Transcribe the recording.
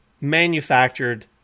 manufactured